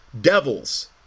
devils